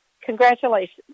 congratulations